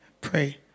pray